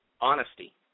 honesty